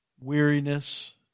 weariness